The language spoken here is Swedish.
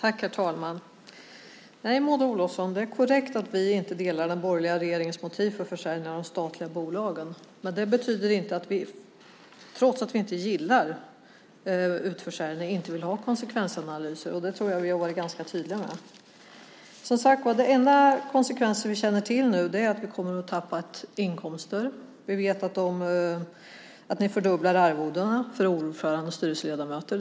Herr talman! Maud Olofsson, det är korrekt att vi inte delar den borgerliga regeringens motiv för en försäljning av de statliga bolagen. Men det betyder inte att vi, trots att vi inte gillar utförsäljningen, inte vill ha konsekvensanalyser. Där tror jag att vi har varit ganska tydliga. Den enda konsekvensen vi nu känner till är, som sagt, att vi kommer att tappa inkomster. Vi vet att ni fördubblar arvodena för ordförande och styrelseledamöter.